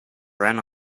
ran